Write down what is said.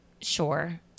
sure